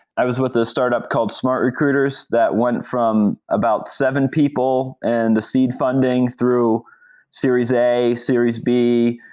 i was with a startup called smart recruiters that went from about seven people, and the seed funding through series a, series b,